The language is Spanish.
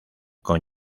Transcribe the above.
con